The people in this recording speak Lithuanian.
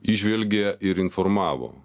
įžvelgė ir informavo